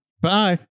Bye